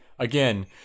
Again